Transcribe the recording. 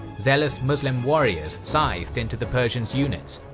zealous muslim warriors scythed into the persians units,